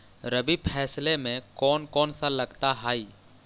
रबी फैसले मे कोन कोन सा लगता हाइय?